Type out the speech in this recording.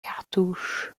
cartouches